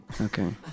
Okay